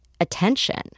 attention